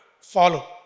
follow